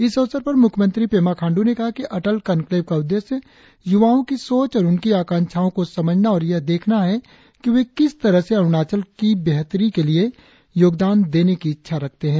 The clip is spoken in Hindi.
इस अवसर पर मुख्यमंत्री पेमा खाण्ड्र ने कहा कि अटल कनक्लेव का उद्देश्य युवाओं की सोच और उनकी आकांक्षाओं को समझना और यह देखना है वे किस तरह से अरुणाचल की बेहतरीन के लिए योगदान देने की इच्छा रखते है